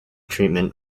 treatment